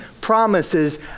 promises